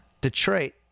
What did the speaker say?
Detroit